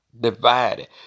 divided